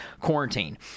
quarantine